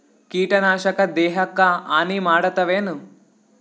ಕೀಟನಾಶಕ ದೇಹಕ್ಕ ಹಾನಿ ಮಾಡತವೇನು?